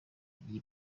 iyi